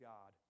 God